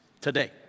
today